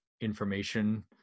information